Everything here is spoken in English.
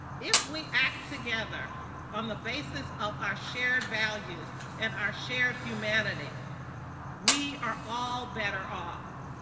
if we act together on the basis of our shared values and our shared humanity we are all better off.